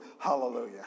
Hallelujah